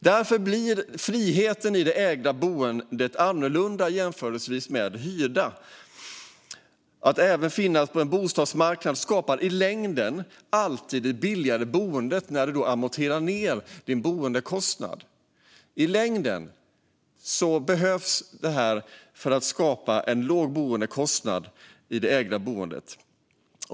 Därför blir friheten i det ägda boendet annorlunda jämfört med det hyrda. Att finnas på en bostadsmarknad skapar i längden alltid ett billigare boende. Det går att amortera ned sin boendekostnad. I längden behövs detta för att skapa en låg boendekostnad i det ägda boendet.